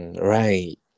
Right